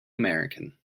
american